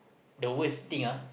the worst thing ah